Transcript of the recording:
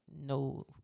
no